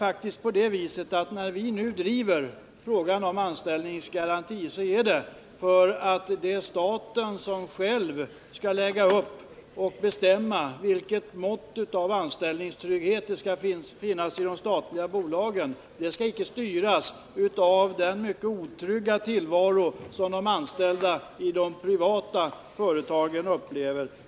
Anledningen till att vi driver frågan om anställningsgaranti är att vi anser att staten själv skall planera för och bestämma vilket mått av anställningstrygghet som skall finnas i de statliga bolagen. Detta skall icke styras av den mycket otrygga tillvaro som de anställda i de privata företagen upplever.